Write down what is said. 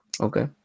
Okay